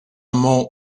mont